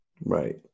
Right